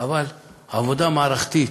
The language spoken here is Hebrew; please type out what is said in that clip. אבל עבודה מערכתית,